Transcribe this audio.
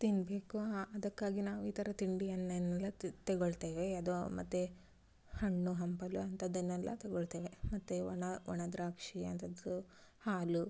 ತಿನ್ನಬೇಕು ಅದಕ್ಕಾಗಿ ನಾವೀಥರ ತಿಂಡಿಯನ್ನೆಲ್ಲ ತೆಗೊಳ್ತೇವೆ ಅದು ಮತ್ತು ಹಣ್ಣು ಹಂಪಲು ಅಂಥದ್ದನ್ನೆಲ್ಲ ತಗೊಳ್ತೇನೆ ಮತ್ತು ಒಣ ಒಣ ದ್ರಾಕ್ಷಿ ಅದರದ್ದು ಹಾಲು